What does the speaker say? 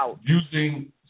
using